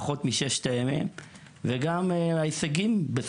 פחותה ממלחמת ששת הימים במחיר החללים ששילמנו ליום וגם